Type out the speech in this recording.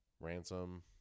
Ransom